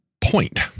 point